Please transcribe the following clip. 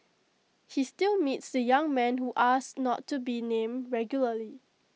he still meets the young man who asked not to be named regularly